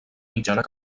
mitjana